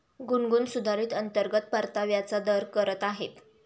गुनगुन सुधारित अंतर्गत परताव्याचा दर करत आहे